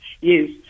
yes